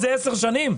הפקעות זה 10 שנים.